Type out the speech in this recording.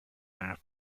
naar